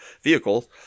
vehicles